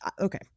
okay